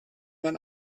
man